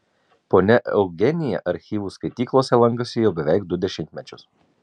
ponia eugenija archyvų skaityklose lankosi jau beveik du dešimtmečius